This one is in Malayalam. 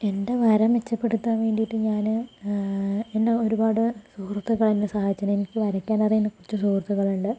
എൻ്റെ വര മെച്ചപ്പെടുത്താൻ വേണ്ടീട്ട് ഞാന് എന്നെ ഒരുപാട് സുഹൃത്തുക്കൾ എന്നെ സഹായിച്ചതിന് എനിക്ക് വരക്കാനറിയുന്ന കുറച്ച് സുഹൃത്തുക്കളുണ്ട്